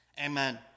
Amen